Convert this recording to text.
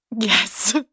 Yes